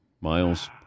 Miles